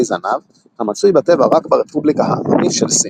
זנב המצוי בטבע רק ברפובליקה העממית של סין.